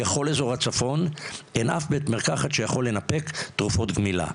בכל איזור הצפון אין אף בית מרקחת שיכול לנפק תרופות גמילה.